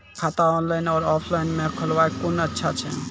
खाता ऑनलाइन और ऑफलाइन म खोलवाय कुन अच्छा छै?